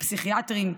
הפסיכיאטרים,